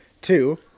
Two